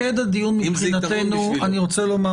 דבריו,